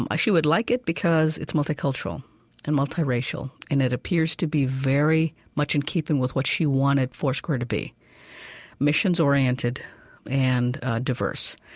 um she would like it, because it's multicultural and multiracial and it appears to be very much in keeping with what she wanted foursquare to be missions-oriented and diverse.